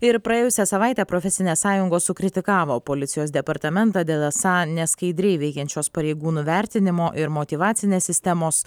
ir praėjusią savaitę profesinės sąjungos sukritikavo policijos departamentą dėl esą neskaidriai veikiančios pareigūnų vertinimo ir motyvacinės sistemos